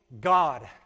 God